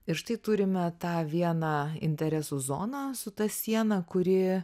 ir štai turime tą vieną interesų zoną su ta siena kuri